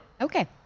Okay